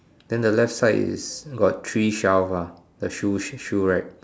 then the left side is got three shelve ah the shoe sh~ shoe rack